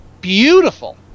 Beautiful